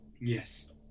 Yes